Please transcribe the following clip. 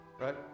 right